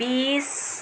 বিছ